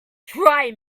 try